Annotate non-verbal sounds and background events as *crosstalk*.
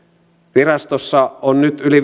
virastossa on nyt yli *unintelligible*